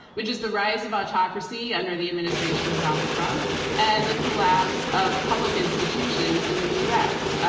which is the rise of autocracy under the administration of donald trump and the collapse of public institutions in the us,